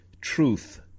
truth